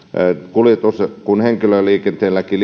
kuljetus kuin henkilöliikenteelläkin